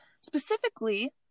Specifically